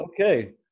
Okay